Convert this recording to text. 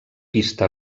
pista